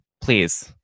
Please